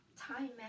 Time